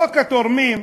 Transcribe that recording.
חוק התורמים,